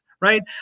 right